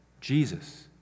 Jesus